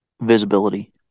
Visibility